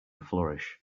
flourish